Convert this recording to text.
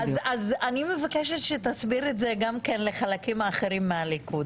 אני מבקשת שתסביר את זה גם כן לחלקים האחרים בליכוד.